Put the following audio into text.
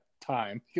time